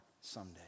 someday